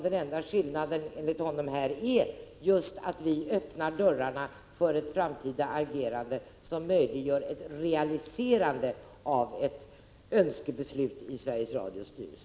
Den enda skillnaden, enligt honom, är ju att vi öppnar dörrarna för ett framtida agerande som möjliggör ett realiserande av ett önskebeslut i Sveriges Radios styrelse.